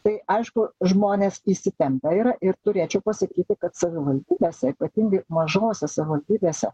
tai aišku žmonės įsitempę yra ir turėčiau pasakyti kad savivaldybėse ypatingai mažose savivaldybėse